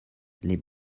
les